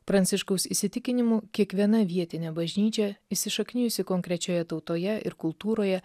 pranciškaus įsitikinimu kiekviena vietinė bažnyčia įsišaknijusi konkrečioje tautoje ir kultūroje